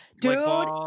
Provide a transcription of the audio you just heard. dude